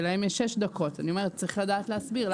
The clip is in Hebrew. להם יש שש דקות צריך לדעת להסביר.